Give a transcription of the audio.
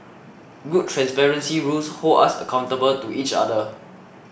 good transparency rules hold us accountable to each other